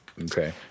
Okay